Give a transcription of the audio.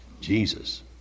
Jesus